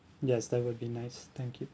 yes that would be nice thank you